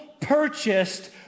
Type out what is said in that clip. purchased